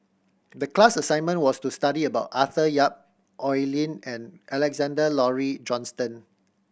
the class assignment was to study about Arthur Yap Oi Lin and Alexander Laurie Johnston